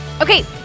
Okay